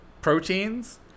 proteins